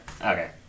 Okay